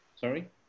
Sorry